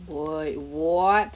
wait what